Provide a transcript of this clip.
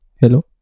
hello